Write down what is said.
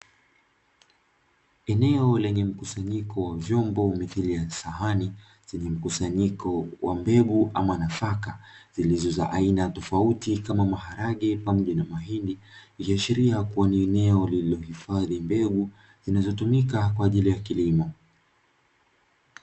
Eneo lenye mkusanyiko wa vyombo mithili ya samani zenye mkusanyiko wa mbegu ama nafaka zilizo za aina tofauti kama maharage pamoja na mahindi, ikiashiria kuwa ni eneo lililohifadhi mbegu zinazotumika kwa ajili ya kilimo.